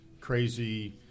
crazy